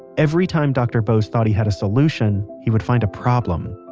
every time dr. bose thought he had a solution, he would find a problem.